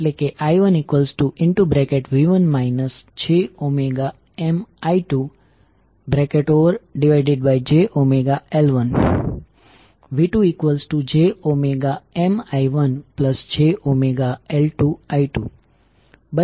આમ મ્યુચ્યુઅલ વોલ્ટેજની સંદર્ભ પોલેરિટી ઇન્ડ્યુસિંગ કરંટ ની સંદર્ભ દિશા અને કપલ કોઇલ પરના ડોટ્સ પર આધારિત છે